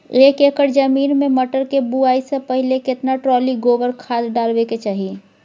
एक एकर जमीन में मटर के बुआई स पहिले केतना ट्रॉली गोबर खाद डालबै के चाही?